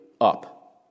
up